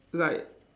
like